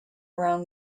around